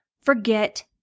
forget